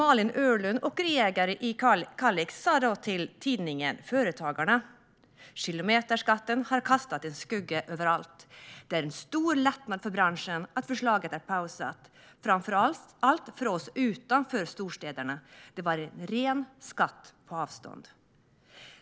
Malin Öhrlund, åkeriägare i Kalix, sa till tidningen Företagarna att kilometerskatten har kastat en skugga över allt och att det är en stor lättnad för branschen att förslaget är pausat, framför allt för dem utanför storstäderna. Hon menar att det handlade om en ren skatt på avstånd.